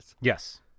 Yes